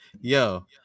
yo